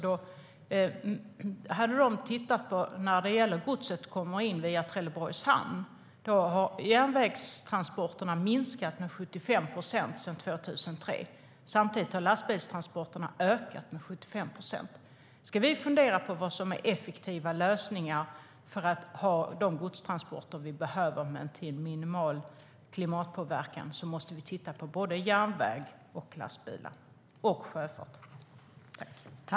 Där har man tittat på godset som kommer in via Trelleborgs hamn, och järnvägstransporterna har minskat med 75 procent sedan 2003 medan lastbilstransporterna ökat med 75 procent.